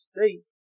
State